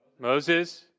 Moses